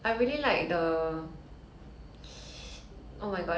ya Din Tai Fung 炒饭 is damn nice leh why